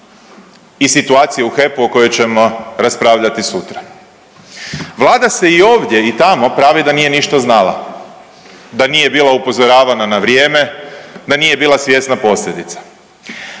i situacije u HEP-u o kojoj ćemo raspravljati sutra. Vlada se i ovdje i tamo pravi da nije ništa znala, da nije bila upozoravana na vrijeme, da nije bila svjesna posljedica,